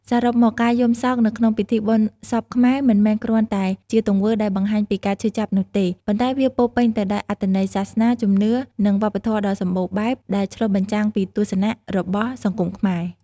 សរុបមក ការយំសោកនៅក្នុងពិធីបុណ្យសពខ្មែរមិនមែនគ្រាន់តែជាទង្វើដែលបង្ហាញពីការឈឺចាប់នោះទេ ប៉ុន្តែវាពោរពេញទៅដោយអត្ថន័យសាសនា ជំនឿ និងវប្បធម៌ដ៏សម្បូរបែបដែលឆ្លុះបញ្ចាំងពីទស្សនៈ របស់សង្គមខ្មែរ។